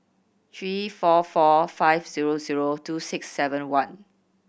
three four four five zero zero two six seven one